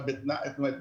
זאת אומרת,